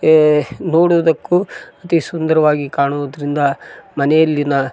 ಏ ನೋಡುವುದಕ್ಕೂ ಅತಿ ಸುಂದರವಾಗಿ ಕಾಣುವುದರಿಂದ ಮನೆಯಲ್ಲಿನ